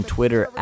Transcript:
Twitter